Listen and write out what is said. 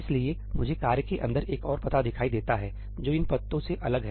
इसलिए मुझे कार्य के अंदर एक और पता दिखाई देता है जो इन पतों से अलग है